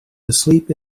asleep